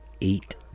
eight